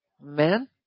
Amen